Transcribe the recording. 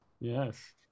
Yes